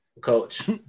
coach